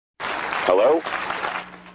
Hello